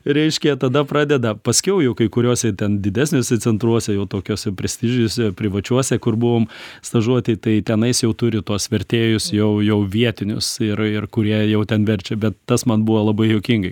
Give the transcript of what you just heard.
reiškia tada pradeda paskiau jau kai kuriuose ten didesniuose centruose jau tokiuose prestižiniuose privačiuose kur buvom stažuotėj tai tenais jau turi tuos vertėjus jau jau vietinius ir ir kurie jau ten verčia bet tas man buvo labai juokingai